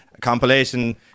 compilation